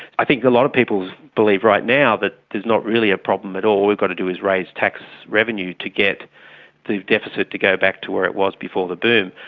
i think a lot of people's belief right now, that there's not really a problem at all, all we've got to do is raise tax revenue to get the deficit to go back to where it was before the boom,